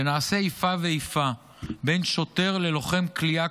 שנעשה איפה ואיפה בין שוטר ללוחם כליאה,